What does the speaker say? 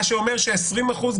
מה שאומר ש-20 אחוזים,